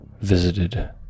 visited